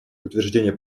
утверждение